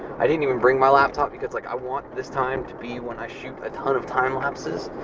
i didn't even bring my laptop because like i want this time to be when i shoot a ton of time-lapses.